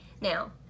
Now